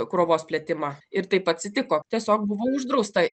krovos plėtimą ir taip atsitiko tiesiog buvo uždrausta